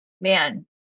Man